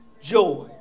Joy